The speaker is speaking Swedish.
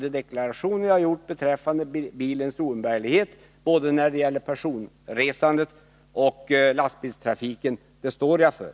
De deklarationer jag har gjort beträffande bilens oumbärlighet både när det gäller persontrafiken och lastbilstrafiken står jag för.